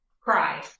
Cry